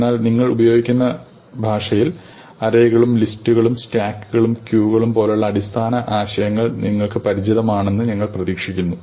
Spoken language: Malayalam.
എന്നാൽ നിങ്ങൾ ഉപയോഗിക്കുന്ന ഭാഷയിൽ അറേകളും ലിസ്റ്റുകളും സ്റ്റാക്കുകളും ക്യൂകളും പോലുള്ള അടിസ്ഥാന ആശയങ്ങൾ നിങ്ങൾക്ക് പരിചിതമാണെന്ന് ഞങ്ങൾ പ്രതീക്ഷിക്കുന്നു